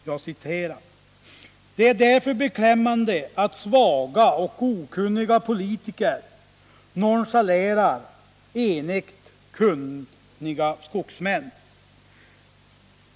Han säger: ”Det är därför beklämmande att svaga och okunniga politiker nonchalerar enigt kunniga skogsmän.